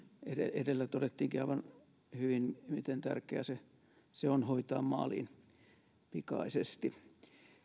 edellä todettiinkin aivan hyvin miten tärkeä se se on hoitaa maaliin pikaisesti